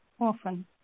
often